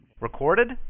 Recorded